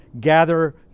gather